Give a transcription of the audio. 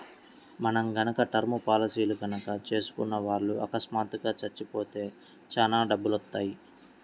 మనం గనక టర్మ్ పాలసీలు గనక చేసుకున్న వాళ్ళు అకస్మాత్తుగా చచ్చిపోతే చానా డబ్బులొత్తయ్యి